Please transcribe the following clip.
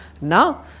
Now